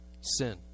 sin